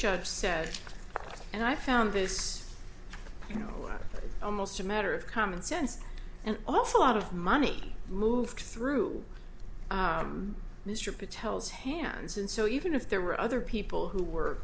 judge said and i found this you know almost a matter of common sense an awful lot of money moved through mr patel's hands and so even if there were other people who were